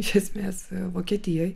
iš esmės vokietijoj